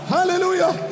Hallelujah